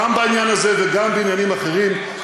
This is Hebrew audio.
גם בעניין הזה וגם בעניינים אחרים,